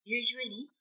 usually